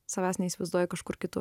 savęs neįsivaizduoju kažkur kitur